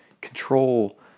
control